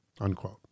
unquote